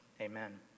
Amen